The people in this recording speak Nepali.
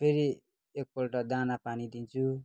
फेरि एकपल्ट दानापानी दिन्छु